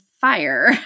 fire